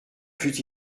fut